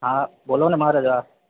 હા બોલો ને મહારાજ હા